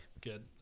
Good